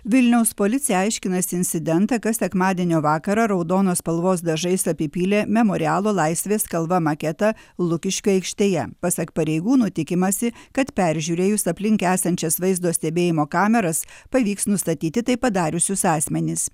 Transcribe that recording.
vilniaus policija aiškinasi incidentą kas sekmadienio vakarą raudonos spalvos dažais apipylė memorialo laisvės kalva maketą lukiškių aikštėje pasak pareigūnų tikimasi kad peržiūrėjus aplink esančias vaizdo stebėjimo kameras pavyks nustatyti tai padariusius asmenis